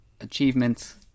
achievements